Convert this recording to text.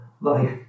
Life